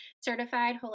certified